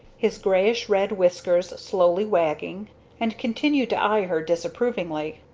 his greyish-red whiskers slowly wagging and continued to eye her disapprovingly.